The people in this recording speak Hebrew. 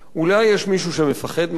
אולי יש מישהו שמפחד מהם,